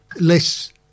less